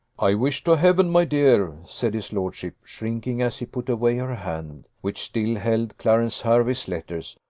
i wish to heaven, my dear, said his lordship, shrinking as he put away her hand, which still held clarence hervey's letters,